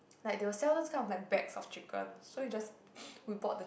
like they will those kind of like bags of chicken so we just we bought the